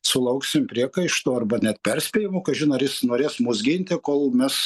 sulauksim priekaištų arba net perspėjimų kažin ar jis norės mus ginti kol mes